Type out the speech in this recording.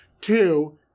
Two